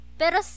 pero